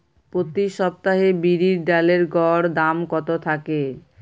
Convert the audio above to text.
প্রতি সপ্তাহে বিরির ডালের গড় দাম কত থাকে?